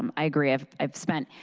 i agree. i've i've spent